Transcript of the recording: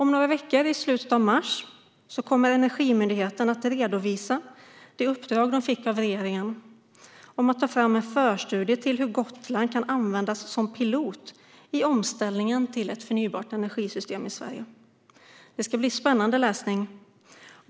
Om några veckor, i slutet av mars, kommer Energimyndigheten att redovisa det uppdrag de fick av regeringen att ta fram en förstudie till hur Gotland kan användas som pilot i omställningen till ett förnybart energisystem i Sverige. Det ska bli spännande läsning.